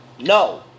No